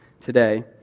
today